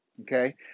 Okay